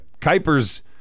Kuiper's